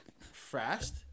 fast